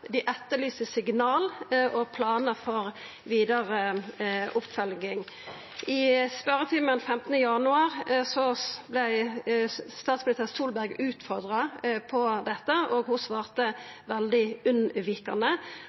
Dei etterlyser signal og planar for vidare oppfølging. I spørjetimen 15. januar vart statsminister Solberg utfordra på dette, og ho svarte veldig unnvikande.